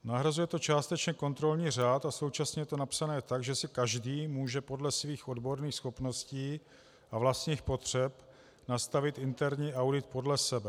Nahrazuje to částečně kontrolní řád a současně je to napsáno tak, že si každý může podle svých odborných schopností a vlastních potřeb nastavit interní audit podle sebe.